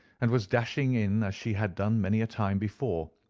and was dashing in as she had done many a time before,